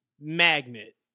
magnet